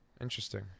Interesting